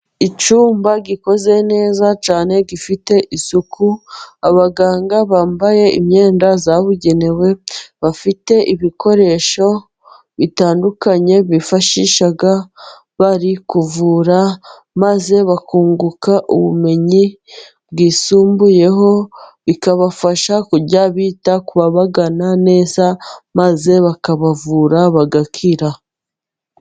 Icyumba gikoze neza cyane gifite isuku. Abaganga bambaye imyenda yabugenewe, bafite ibikoresho bitandukanye bifashisha bari kuvura, maze bakunguka ubumenyi bwisumbuyeho, bikabafasha kujya bita ku babagana neza maze bakabavura bagakira.